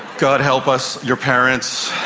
god help us, your parents?